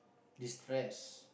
destress